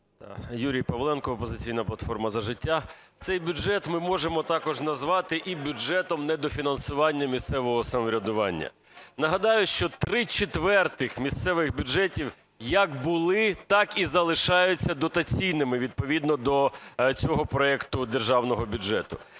Юрій Павленко, "Опозиційна платформа - За життя". Цей бюджет ми можемо також назвати і бюджетом недофінансування місцевого самоврядування. Нагадаю, що три четвертих місцевих бюджети як були, так і залишаються дотаційними відповідно до цього проекту Державного бюджету.